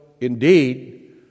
indeed